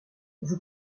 vous